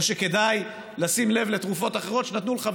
שכדאי לשים לב לתרופות אחרות שנתנו לך,